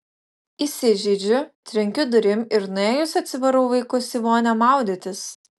įsižeidžiu trenkiu durim ir nuėjus atsivarau vaikus į vonią maudytis